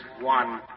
one